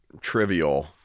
trivial